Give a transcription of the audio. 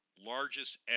Largest